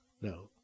No